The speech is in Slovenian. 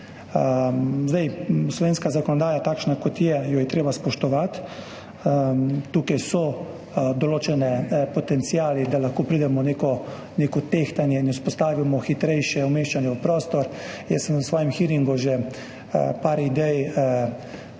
Slovensko zakonodajo, takšno, kot je, je treba spoštovati. Tukaj so določeni potenciali, da lahko pridemo v neko tehtanje in vzpostavimo hitrejše umeščanje v prostor. Na svojem hearingu sem že dal